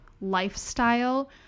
lifestyle